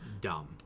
dumb